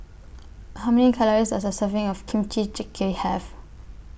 How Many Calories Does A Serving of Kimchi Jjigae Have